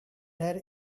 her